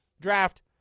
draft